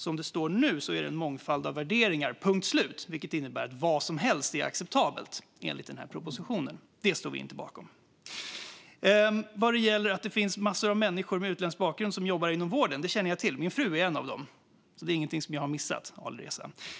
Som det står nu är det en mångfald av värderingar, punkt slut, vilket innebär att vad som helst är acceptabelt enligt den här propositionen. Det står vi inte bakom. Vad gäller att det finns en massa människor med utländsk bakgrund som jobbar inom vården känner jag till det; min fru är en av dem. Det är alltså ingenting jag har missat, Alireza.